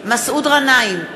מסעוד גנאים,